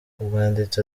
umwanditsi